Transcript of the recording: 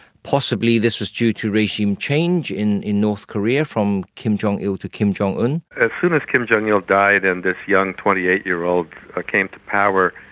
possibly this was due to regime change in in north korea from kim jong-il to kim jong-un. as soon as kim jong-il died and this young twenty eight year old came to power,